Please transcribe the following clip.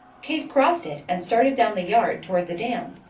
kate crossed it and started down the yard toward the dam.